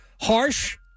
Harsh